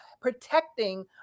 protecting